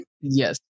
Yes